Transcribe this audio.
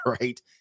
right